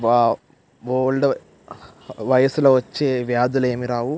wow old వయసులో వచ్చే వ్యాధులు ఏమి రావు